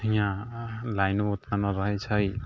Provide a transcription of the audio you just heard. हियाँ लाइन बहुत कम रहै छै